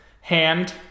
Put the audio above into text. hand